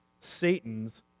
Satan's